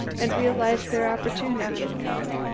and realized their opportunity had come.